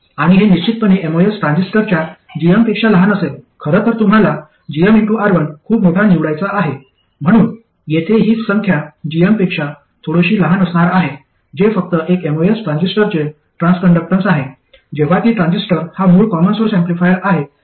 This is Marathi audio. आणि हे निश्चितपणे एमओएस ट्रान्झिस्टरच्या gm पेक्षा लहान असेल खरं तर तुम्हाला gmR1 खूप मोठा निवडायचा आहे म्हणून येथे ही संख्या gm पेक्षा थोडीशी लहान असणार आहे जे फक्त एक एमओएस ट्रान्झिस्टरचे ट्रान्सकंडक्टन्स आहे जेव्हाकी ट्रान्झिस्टर हा मूळ कॉमन सोर्स ऍम्प्लिफायर आहे